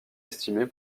estimé